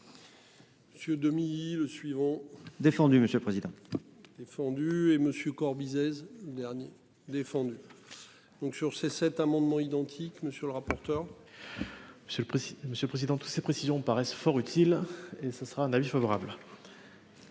Monsieur. Le suivant défendu monsieur le président. Défendu et monsieur Corbizet dernier défendu. Donc sur ces 7 amendements identiques. Monsieur le rapporteur. Monsieur le président. Monsieur le Président. Tous ces précisions paraissent fort utile et ce sera un avis favorable.